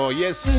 yes